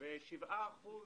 אז בשבעה אחוז